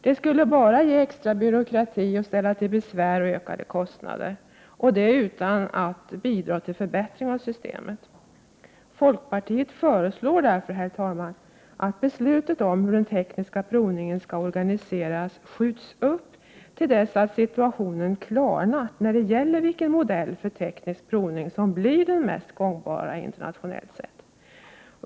Det skulle bara skapa extra byråkrati och ställa till besvär samt medföra ökade kostnader, utan att bidra till en förbättring av systemet. Folkpartiet föreslår därför, herr talman, att beslutet om hur den tekniska provningen skall organiseras skjuts upp till dess att situationen klarnat när det gäller vilken modell för teknisk provning som blir den mest gångbara internationellt sett.